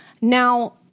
Now